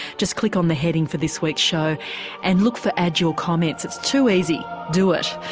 just click on the heading for this week's show and look for add your comments' it's too easy, do it.